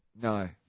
No